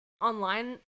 online